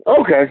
Okay